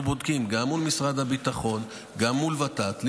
אנחנו בודקים גם מול משרד הביטחון וגם מול ות"ת,